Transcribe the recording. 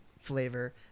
flavor